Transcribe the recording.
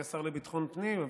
אדוני השר לביטחון פנים,